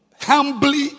humbly